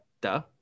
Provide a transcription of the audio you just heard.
Duh